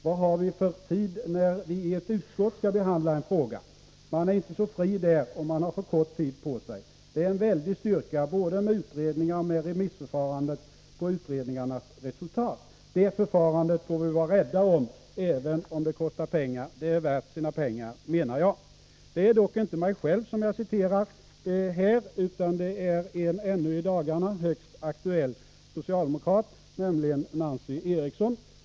Vad har vi för tid när vi i ett utskott skall behandla en fråga? Man är inte så fri där och man har för kort tid på sig. Det är en väldig styrka både med utredningarna och med remissförfarandet på utredningarnas resultat. Det förfarandet får vi vara rädda om, även om det kostar mycket pengar — det är värt sina pengar, menar jag.” Det är dock inte mig själv som jag citerar här, utan det är en ännu i dagarna högst aktuell socialdemokrat, nämligen Nancy Eriksson.